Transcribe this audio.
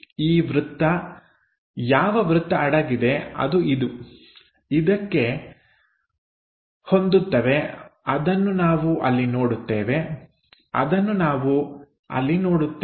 ಈ ವೃತ್ತ ಯಾವ ವೃತ್ತ ಅಡಗಿದೆ ಅದು ಇದು ಇದಕ್ಕೆ ಹೊಂದುತ್ತವೆ ಅದನ್ನು ನಾವು ಅಲ್ಲಿ ನೋಡುತ್ತೇವೆ ಅದನ್ನು ನಾವು ಅಲ್ಲಿ ನೋಡುತ್ತೇವೆ